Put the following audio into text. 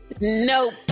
nope